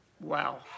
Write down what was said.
Wow